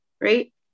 right